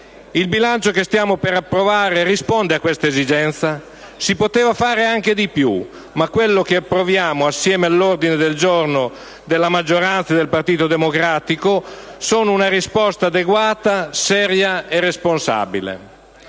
Il bilancio che stiamo per approvare risponde a questa esigenza? Si poteva fare anche di più, ma quella che approviamo con l'ordine del giorno della maggioranza e del Partito Democratico è una risposta adeguata, seria e responsabile.